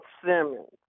Simmons